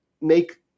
make